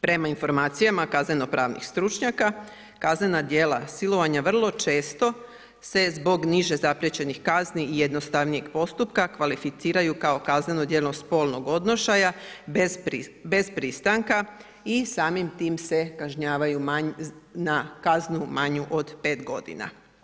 Prema informacijama kazneno-pravnih stručnjaka, kaznena djela silovanja vrlo često se zbog niže zapriječenih kazni i jednostavnijeg postupka kvalificiraju kao kazneno djelo spolnog odnošaja bez pristanka i samim tim se kažnjavaju na kaznu manju od 5 godina.